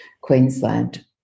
Queensland